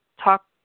talk